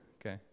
Okay